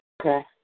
Okay